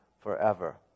forever